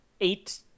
eight